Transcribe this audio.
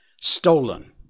Stolen